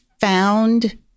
found